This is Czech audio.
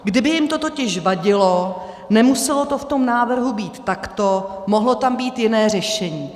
Kdyby jim to totiž vadilo, nemuselo to v tom návrhu být takto, mohlo tam být jiné řešení.